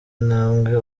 intambwe